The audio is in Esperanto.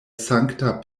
sankta